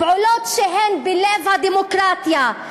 פעולות שהן בלב הדמוקרטיה,